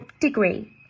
degree